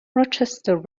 rochester